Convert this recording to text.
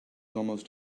almost